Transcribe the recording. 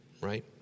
right